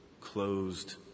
closed